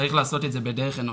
צריך לעשות את זה בדרך אנושית.